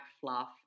fluff